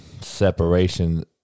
separation